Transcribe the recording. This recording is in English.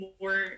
more